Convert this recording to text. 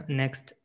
next